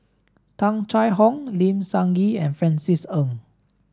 Tung Chye Hong Lim Sun Gee and Francis Ng